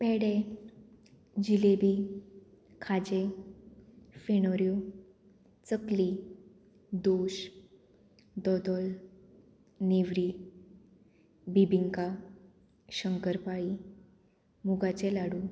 पेडे जिलेबी खाजें फेणोऱ्यो चकली दोश दोदोल नेवरी बिबिंका शंकरपाळी मुगांचे लाडू